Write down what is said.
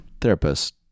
therapist